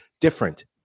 different